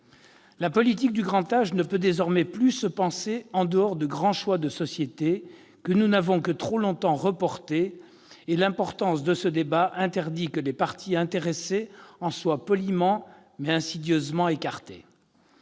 La politique du grand âge ne peut désormais plus se penser en dehors de grands choix de société que nous avons trop longtemps reportés ; et l'importance de ce débat interdit que les parties intéressées en soient poliment, mais insidieusement, écartées.